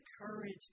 courage